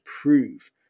prove